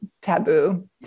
taboo